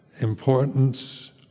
importance